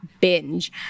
binge